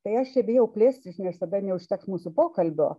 tai aš čia bijau plėstis nes tada neužteks mūsų pokalbio